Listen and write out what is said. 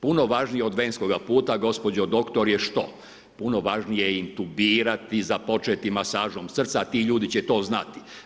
Puno važnije od venskoga puta gospođo doktor je što, puno važnije je intubirati započeti masažom srca, a ti ljudi će to znati.